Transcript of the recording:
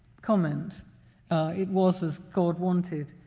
comment it was as god wanted,